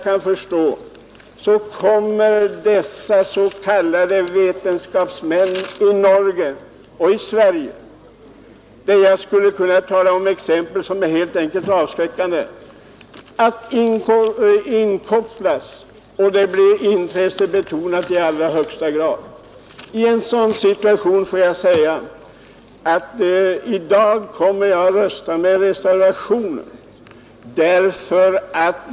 När dessa odontologiska s.k. vetenskapsmän i Norge och Sverige inkopplas — jag skulle kunna ta exempel som är helt enkelt avskräckande — då blir det intressebetonat i allra högsta grad. I en sådan situation kommer jag i dag att rösta med reservationen.